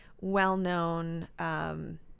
well-known